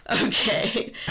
Okay